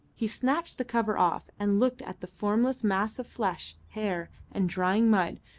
he snatched the cover off and looked at the formless mass of flesh, hair, and drying mud,